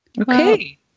Okay